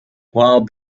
while